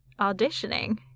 auditioning